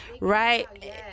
right